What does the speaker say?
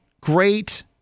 great